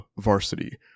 varsity